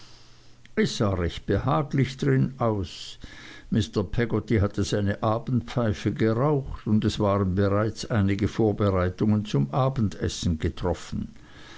sah recht behaglich drin aus mr peggotty hatte seine abendpfeife geraucht und es waren bereits einige vorbereitungen zum abendessen getroffen